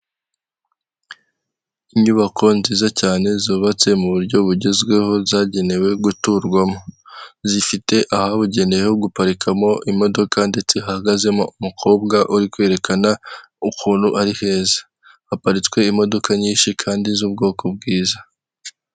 Inyubako nziza cyane zubatse mu buryo bugezweho zagenewe guturwamo, zifite ahabugenewe ho guparikamo imodoka ndetse hahagazemo umukobwa uri kwerekana ukuntu ari heza, haparitswe imodoka nyinshi kandi z'ubwoko bwiza.